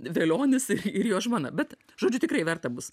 velionis ir jo žmona bet žodžiu tikrai verta bus